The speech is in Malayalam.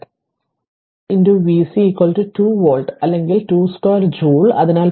അതിനാൽ ഫറാഡ് v C 2 വോൾട്ട് അല്ലെങ്കിൽ 2 2 ജൂൾ അതിനാൽ 0